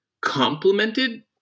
complemented